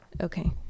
okay